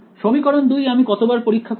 সমীকরণ দুই আমি কতবার পরীক্ষা করব